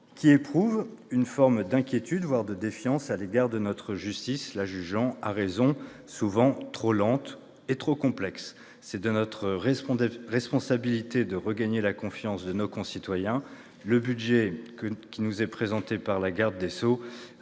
qui éprouvent une forme d'inquiétude, voire de défiance, à l'égard de notre justice, la jugeant, à raison, souvent trop lente et trop complexe. Il est de notre responsabilité de regagner la confiance de nos concitoyens. Le budget qui nous est présenté par Mme la garde des sceaux